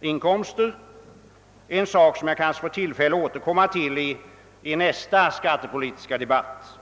inkomsttagare. Jag kanske får tillfälle att återkomma till den frågan i nästa skattepolitiska debatt.